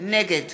נגד